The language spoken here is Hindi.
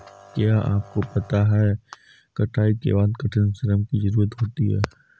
क्या आपको पता है कटाई के बाद कठिन श्रम की ज़रूरत होती है?